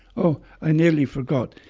oh, i nearly forgot.